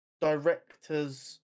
directors